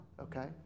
Okay